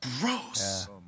Gross